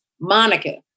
Monica